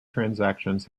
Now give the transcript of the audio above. transactions